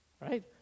Right